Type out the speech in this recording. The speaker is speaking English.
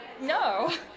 no